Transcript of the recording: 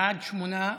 בעד, שמונה,